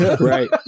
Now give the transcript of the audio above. right